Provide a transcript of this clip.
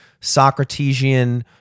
Socratesian